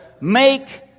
make